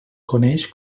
coneix